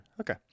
Okay